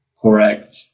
correct